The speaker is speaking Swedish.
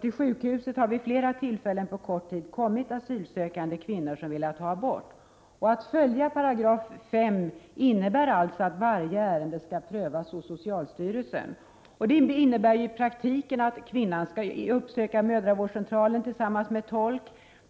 Till sjukhuset har vid flera tillfällen på kort tid kommit asylsökande kvinnor som velat ha abort. Att följa 5 § i abortlagen innebär att varje ärende skall prövas hos socialstyrelsen. I praktiken innebär detta att kvinnan skall uppsöka mödravårdscentralen tillsammans med tolk.